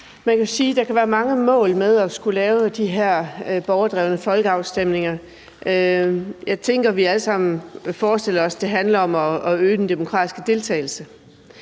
Man kan jo sige, at der kan være mange målsætninger i forhold til at ville lave de her borgerdrevne folkeafstemninger, og jeg tænker, at vi alle sammen forestiller os, at det handler om at øge den demokratiske deltagelse.